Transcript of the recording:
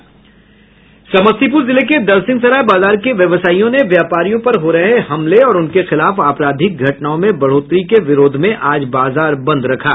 समस्तीपूर जिले के दलसिंहसराय बाजार के व्यवसायियों ने व्यापारियों पर हो रहे हमले और उनके खिलाफ आपराधिक घटनाओं में बढ़ोतरी के विरोध में आज बाजार बंद रखा